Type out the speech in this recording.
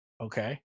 Okay